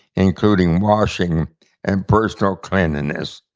including washing and personal cleanliness,